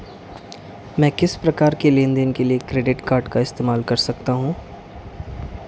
मैं किस प्रकार के लेनदेन के लिए क्रेडिट कार्ड का उपयोग कर सकता हूं?